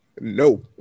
No